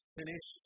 finish